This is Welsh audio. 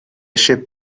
eisiau